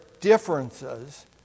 differences